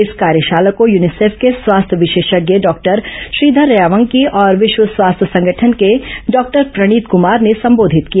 इस कार्यशाला को युनिसेफ के स्वास्थ्य विशेषज्ञ डॉक्टर श्रीघर रयावंकी और विश्व स्वास्थ्य संगठन के डॉक्टर प्रणीत कमार ने संबोधित किया